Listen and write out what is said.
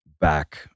back